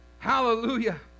Hallelujah